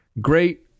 great